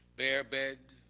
bare bed,